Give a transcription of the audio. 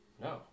No